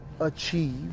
achieve